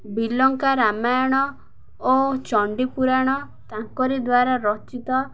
ବିଲଙ୍କା ରାମାୟଣ ଓ ଚଣ୍ଡୀପୁରାଣ ତାଙ୍କରି ଦ୍ୱାରା ରଚିତ